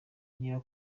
niba